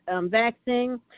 vaccine